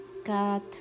God